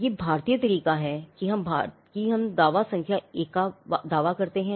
यह भारतीय तरीका है कि हम दावा संख्या 1 का दावा करते हैं